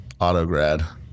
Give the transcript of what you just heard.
Autograd